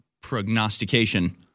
prognostication